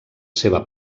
seva